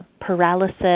paralysis